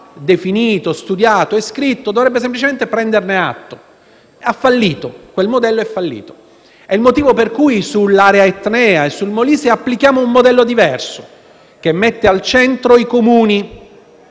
definito, studiato e scritto dovrebbe semplicemente prenderne atto - ha fallito. Ripeto, quel modello è fallito. Questo è il motivo per cui sull'area etnea e sul Molise applichiamo un modello diverso, che mette al centro i Comuni